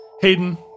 Hayden